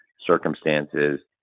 circumstances